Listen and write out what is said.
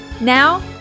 Now